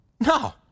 no